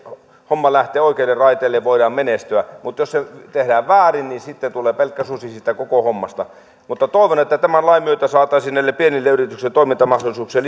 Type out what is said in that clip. homma lähtee oikeille raiteille voidaan menestyä mutta jos se tehdään väärin niin sitten tulee pelkkä susi siitä koko hommasta mutta toivon että tämän lain myötä saataisiin näille pienille yrityksille toimintamahdollisuuksia